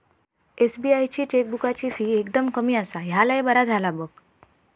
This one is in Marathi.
एस.बी.आई ची चेकबुकाची फी एकदम कमी आसा, ह्या लय बरा झाला बघ